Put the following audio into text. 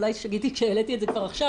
אולי שגיתי כשהעליתי את זה כבר עכשיו,